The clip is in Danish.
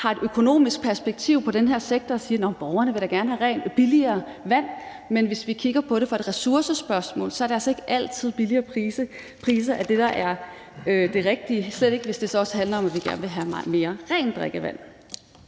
har et økonomisk perspektiv på den her sektor og siger: Nå, men borgerne vil da gerne have billigere vand. Men hvis vi kigger på det i et ressourceperspektiv, er det altså ikke altid lavere priser, der er det rigtige, og slet ikke, hvis det så også handler om, at vi gerne vil have mere rent drikkevand.